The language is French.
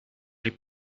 les